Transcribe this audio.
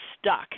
stuck